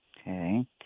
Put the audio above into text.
Okay